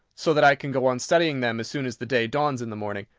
so that i can go on studying them as soon as the day dawns in the morning.